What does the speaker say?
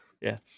Yes